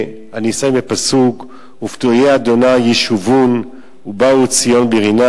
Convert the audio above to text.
אני אסיים בפסוק: "ופדויי ה' ישובון ובאו ציון ברִנה